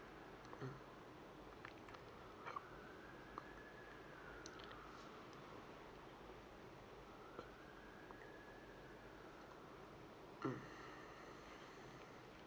mm mm